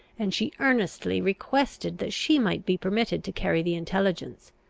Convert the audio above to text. and she earnestly requested that she might be permitted to carry the intelligence.